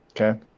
Okay